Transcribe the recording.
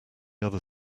other